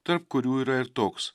tarp kurių yra ir toks